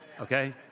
okay